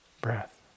breath